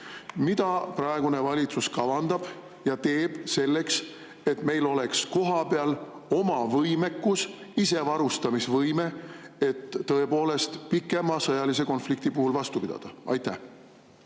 mida praegune valitsus kavandab ja teeb selleks, et meil oleks kohapeal oma võimekus, isevarustamisvõime, et pikema sõjalise konflikti puhul tõepoolest vastu pidada? Aitäh!